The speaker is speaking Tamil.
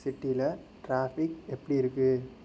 சிட்டியில ட்ராஃபிக் எப்படி இருக்கு